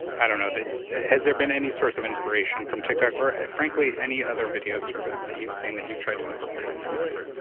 i don't know, has there been any source of inspiration from tiktok? or, frankly, any other video service that you've seen, that you've tried to incorporate into youtube?